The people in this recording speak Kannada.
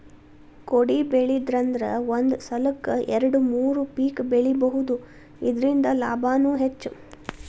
ಕೊಡಿಬೆಳಿದ್ರಂದ ಒಂದ ಸಲಕ್ಕ ಎರ್ಡು ಮೂರು ಪಿಕ್ ಬೆಳಿಬಹುದು ಇರ್ದಿಂದ ಲಾಭಾನು ಹೆಚ್ಚ